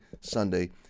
Sunday